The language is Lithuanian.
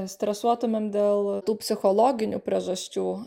stresuotumėm dėl tų psichologinių priežasčių